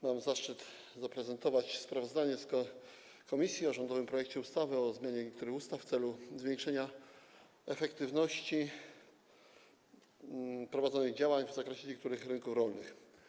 Mam zaszczyt zaprezentować sprawozdanie komisji o rządowym projekcie ustawy o zmianie niektórych ustaw w celu zwiększenia efektywności prowadzonych działań kontrolnych w zakresie niektórych rynków rolnych.